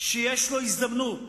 שיש לו הזדמנות